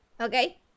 Okay